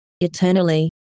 eternally